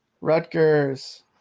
Rutgers